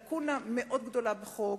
וזאת לקונה מאוד גדולה בחוק.